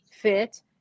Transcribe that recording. fit